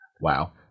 Wow